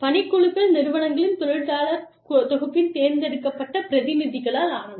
பணிக்குழுக்கள் நிறுவனங்களின் தொழிலாளர் தொகுப்பின் தேர்ந்தெடுக்கப்பட்ட பிரதிநிதிகளால் ஆனவை